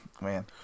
man